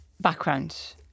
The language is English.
backgrounds